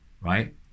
right